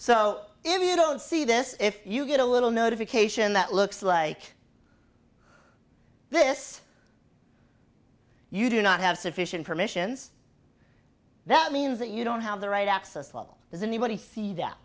if you don't see this if you get a little notification that looks like this you do not have sufficient permissions that means that you don't have the right access will does anybody see that